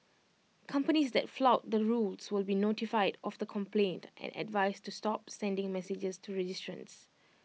companies that flout the rules will be notified of the complaint and advised to stop sending messages to registrants